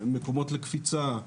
מקומות לקפיצה,